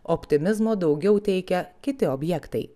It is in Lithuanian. optimizmo daugiau teikia kiti objektai